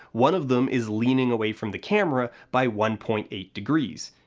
one of them is leaning away from the camera by one point eight degrees,